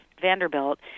Vanderbilt